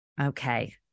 Okay